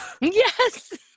Yes